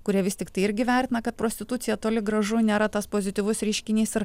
kurie vis tiktai irgi vertina kad prostitucija toli gražu nėra tas pozityvus reiškinys ir